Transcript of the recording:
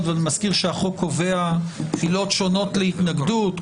אני מזכיר שהחוק קובע עילות שונות להתנגדות,